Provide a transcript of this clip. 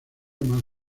más